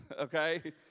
Okay